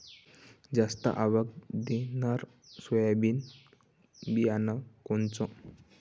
जास्त आवक देणनरं सोयाबीन बियानं कोनचं?